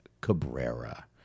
Cabrera